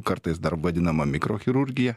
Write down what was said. kartais dar vadinama mikrochirurgija